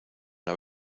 una